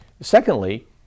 secondly